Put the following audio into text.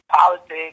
politics